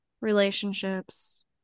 relationships